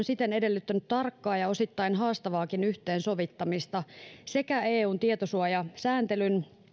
siten edellyttänyt tarkkaa ja osittain haastavaakin yhteensovittamista sekä eun tietosuojasääntelyn